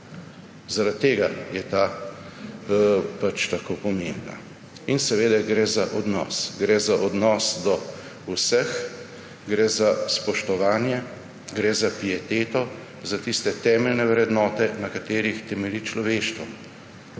Zaradi tega je ta tako pomembna. In seveda gre za odnos. Gre za odnos do vseh, gre za spoštovanje, gre za pieteto, za tiste temeljne vrednote, na katerih temelji človeštvo